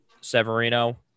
Severino